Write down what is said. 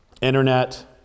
internet